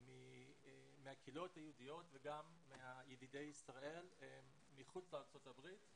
מהקהילות היהודיות וגם מידידי ישראל מחוץ לארצות הברית,